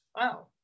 wow